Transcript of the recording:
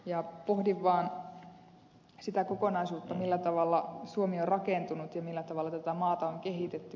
pohdin vain sitä kokonaisuutta millä tavalla suomi on rakentunut ja millä tavalla tätä maata on kehitetty